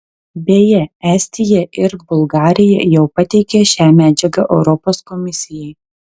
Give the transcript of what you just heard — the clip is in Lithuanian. beje estija ir bulgarija jau pateikė šią medžiagą europos komisijai